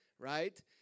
right